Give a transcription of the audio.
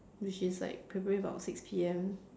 which is like probably about six P_M